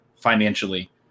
financially